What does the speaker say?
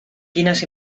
quines